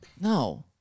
No